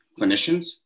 clinicians